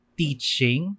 teaching